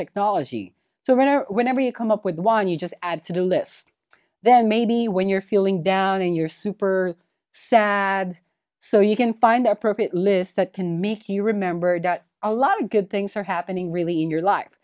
technology so what are whenever you come up with one you just add to the list then maybe when you're feeling down in your super sad so you can find the appropriate list that can make you remembered that a lot of good things are happening really in your life